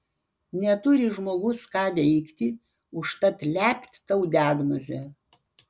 neturi žmogus ką veikti užtat lept tau diagnozę